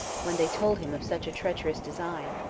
when they told him of such a treacherous design,